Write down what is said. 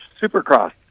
Supercross